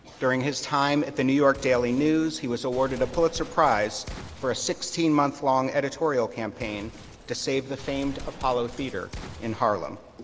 during his time at the new york daily news, he was awarded a pulitzer prize for a sixteen month long editorial campaign to save the famed apollo theater in harlem.